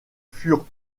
furent